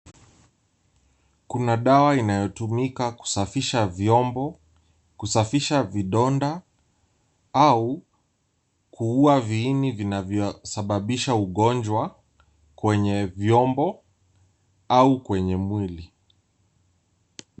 Kuna dawa inayotumika kusafisha vyombo, kusafisha vidonda, au kuua viini vinavyosababisha ugonjwa kwenye vyombo au kwenye mwili.